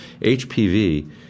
HPV